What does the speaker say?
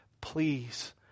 please